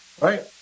right